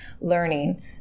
learning